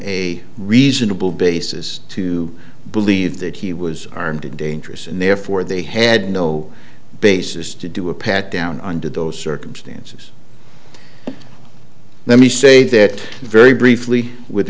a reasonable basis to believe that he was armed and dangerous and therefore they had no basis to do a pat down under those circumstances let me say that very briefly with